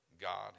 God